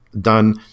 done